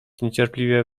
niecierpliwie